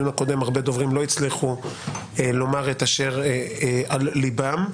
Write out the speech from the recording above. הקודם הרבה דוברים לא הצליחו לומר את אשר על ליבם.